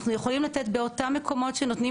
אנחנו יכולים לתת באותם מקומות שנותנים